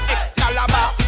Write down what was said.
Excalibur